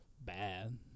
bad